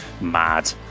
mad